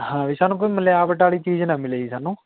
ਹਾਂ ਵੀ ਸਾਨੂੰ ਕੋਈ ਮਿਲਾਵਟ ਵਾਲੀ ਚੀਜ਼ ਨਾ ਮਿਲੇ ਜੀ ਸਾਨੂੰ